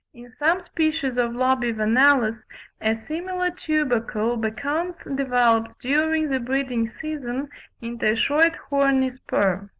in some species of lobivanellus a similar tubercle becomes developed during the breeding-season into a short horny spur.